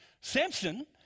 Samson